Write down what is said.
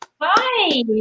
Hi